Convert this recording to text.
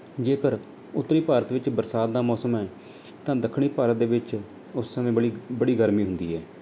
ਜੇਕਰ ਉੱਤਰੀ ਭਾਰਤ ਵਿੱਚ ਬਰਸਾਤ ਦਾ ਮੌਸਮ ਹੈ ਤਾਂ ਦੱਖਣੀ ਭਾਰਤ ਦੇ ਵਿੱਚ ਉਸ ਸਮੇਂ ਬੜੀ ਬੜੀ ਗਰਮੀ ਹੁੰਦੀ ਹੈ